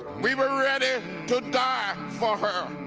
we were ready to die for her.